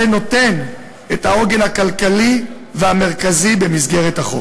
נותן את העוגן הכלכלי והמרכזי במסגרת החוק.